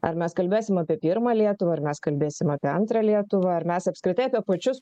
ar mes kalbėsim apie pirmą lietuvą ar mes kalbėsim apie antrą lietuvą ar mes apskritai apie pačius